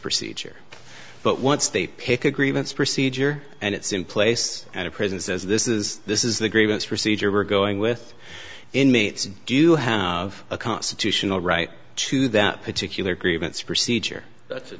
procedure but once they pick a grievance procedure and it's in place and a prison says this is this is the grievance procedure we're going with inmates do you have a constitutional right to that particular grievance procedure